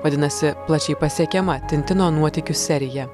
vadinasi plačiai pasiekiama tintino nuotykių serija